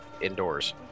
indoors